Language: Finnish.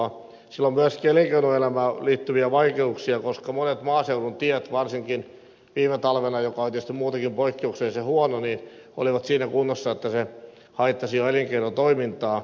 sillä on myöskin elinkeinoelämään liittyviä vaikutuksia koska monet maaseudun tiet varsinkin viime talvena joka oli tietysti muutenkin poikkeuksellisen huono olivat siinä kunnossa että se haittasi jo elinkeinotoimintaa